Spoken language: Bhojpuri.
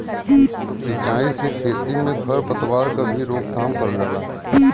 सिंचाई से खेती में खर पतवार क भी रोकथाम करल जाला